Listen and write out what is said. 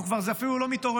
אנחנו אפילו כבר לא מתעוררים,